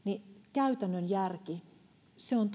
käytännön järki on